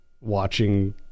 watching